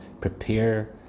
prepare